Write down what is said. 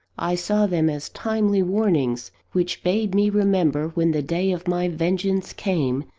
i saw them as timely warnings, which bade me remember when the day of my vengeance came,